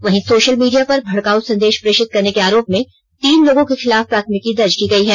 वहीं social media पर भड़काऊ संदेश प्रेषित करने के आरोप में तीन लोगों के खिलाफ प्राथमिकी दर्ज की गई है